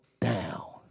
down